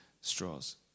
straws